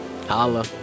Holla